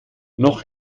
noch